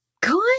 Good